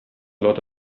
lot